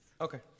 Okay